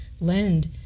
lend